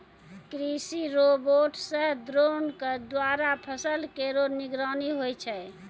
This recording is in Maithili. कृषि रोबोट सह द्रोण क द्वारा फसल केरो निगरानी होय छै